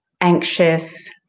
anxious